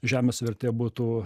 žemės vertė būtų